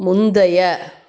முந்தைய